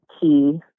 key